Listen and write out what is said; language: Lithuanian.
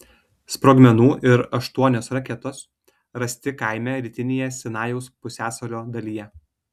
sprogmenų ir aštuonios raketos rasti kaime rytinėje sinajaus pusiasalio dalyje